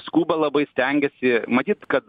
skuba labai stengiasi matyt kad